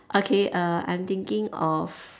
okay err I'm thinking of